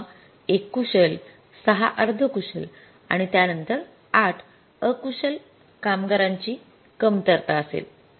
किंवा १ कुशल ६ अर्धकुशल आणि त्यानंतर ८ अकुशल कारण कामगारांची कमतरता असेल